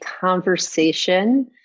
conversation